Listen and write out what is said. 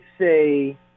say